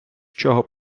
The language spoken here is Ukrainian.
чого